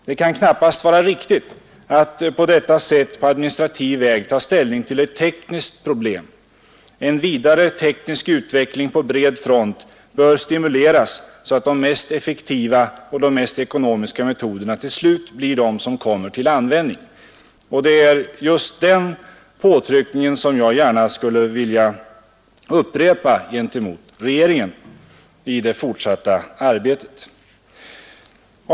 Det kan knappast vara 103 riktigt att på detta sätt på administrativ väg ta ställning till ett tekniskt problem. En vidare teknisk utveckling på bred front bör stimuleras så att de mest effektiva och de mest ekonomiska metoderna till slut blir de som kommer till användning.” Just detta skulle jag gärna vilja betona inför regeringens fortsatta arbete med frågan.